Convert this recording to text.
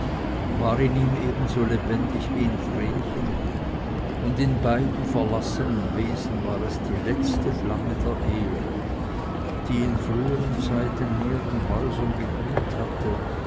war in ihm ebenso lebendig wie in vrenchen und in beiden verlassenen wesen war es die letzte flamme der ehre die in früheren zeiten in ihren häusern geglüht hatte